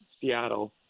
Seattle